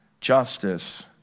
justice